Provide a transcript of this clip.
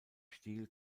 stil